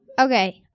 Okay